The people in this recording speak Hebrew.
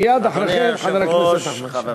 מייד אחרי כן, חבר הכנסת נחמן שי.